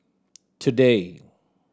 today